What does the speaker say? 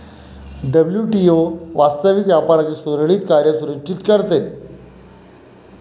WTO वास्तविक व्यापाराचे सुरळीत कार्य सुनिश्चित करते